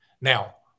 Now